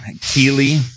Keely